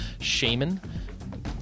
shaman